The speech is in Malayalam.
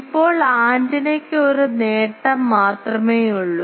ഇപ്പോൾ ആന്റിനയ്ക്ക് ഒരു നേട്ടം മാത്രമേയുള്ളൂ